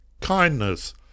Kindness